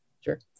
Sure